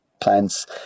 plants